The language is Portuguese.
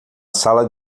sala